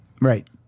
Right